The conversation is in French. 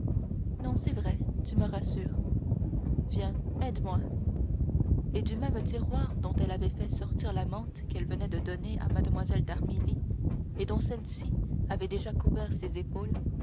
non c'est vrai tu me rassures viens aide-moi et du même tiroir dont elle avait fait sortir la mante qu'elle venait de donner à mlle d'armilly et dont celle-ci avait déjà couvert ses épaules